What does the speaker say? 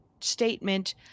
statement